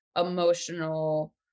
emotional